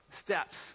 steps